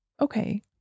Okay